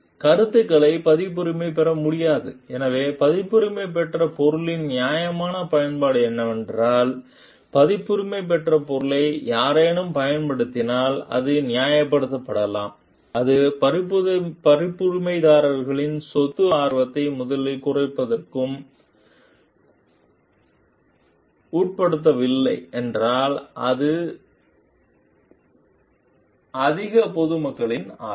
கருத்துகளை பதிப்புரிமை பெற முடியாது எனவே பதிப்புரிமை பெற்ற பொருளின் நியாயமான பயன்பாடு என்னவென்றால் பதிப்புரிமை பெற்ற பொருளை யாரேனும் பயன்படுத்தினால் அது நியாயப்படுத்தப்படலாம் அது பதிப்புரிமைதாரர்களின் சொத்து ஆர்வத்தை முதலில் குறைமதிப்பிற்கு உட்படுத்தவில்லை என்றால் அல்லது அது அதிக பொதுமக்களின் ஆர்வம்